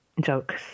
jokes